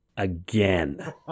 again